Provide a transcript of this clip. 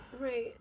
Right